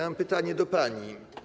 Mam pytanie do pani.